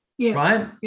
right